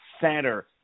Center